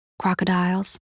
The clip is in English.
crocodiles